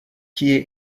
kie